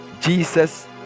Jesus